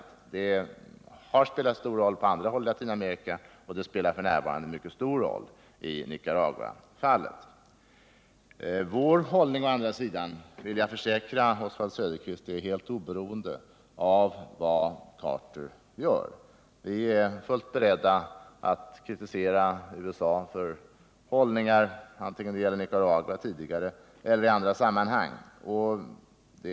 Hans hållning har spelat stor roll på andra håll i Latinamerika och det spelar f. n. mycket stor roll i Nicaraguafallet. Men jag vill försäkra Oswald Söderqvist att vår hållning är helt oberoende av vad president Carter gör. Vi är fullt beredda att kritisera USA för dess hållning antingen det gällde Nicaragua tidigare eller i andra sammanhang.